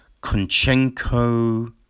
Konchenko